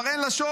כבר אין לשון.